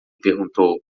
perguntou